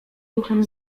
ruchem